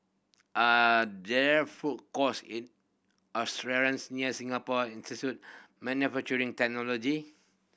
are there food courts near Singapore Institute Manufacturing Technology